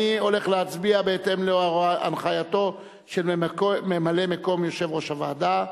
אני הולך להצביע בהתאם להנחייתו של ממלא-מקום יושב-ראש הוועדה.